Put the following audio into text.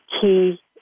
key